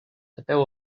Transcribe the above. tapeu